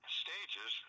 stages